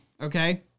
okay